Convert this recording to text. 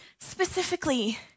specifically